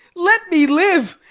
let me live,